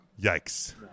Yikes